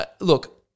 look